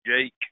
Jake